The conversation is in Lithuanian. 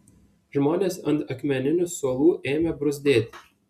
žmonės ant akmeninių suolų ėmė bruzdėti